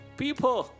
people